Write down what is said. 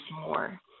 more